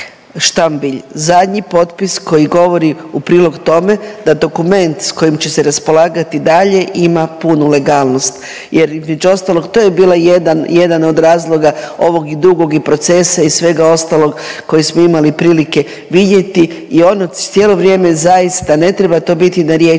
štambilj, zadnji potpis koji govori u prilog tome da dokument s kojim će se raspolagati dalje ima punu legalnost jer između ostalog to je bila jedan, jedan od razloga ovog i dugog i procesa i svega ostalog kojeg smo imali prilike vidjeti i ono cijelo vrijeme zaista ne treba to biti na riječima